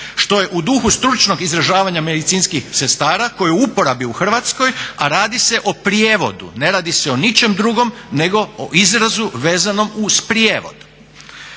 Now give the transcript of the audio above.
što je u duhu stručnog izražavanja medicinskih sestara koji je u uporabi u Hrvatskoj, a radi se o prijevodu, ne radi se o ničem drugom nego o izrazu vezanom uz prijevod.